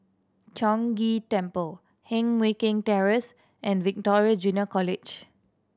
Chong Ghee Temple Heng Mui Keng Terrace and Victoria Junior College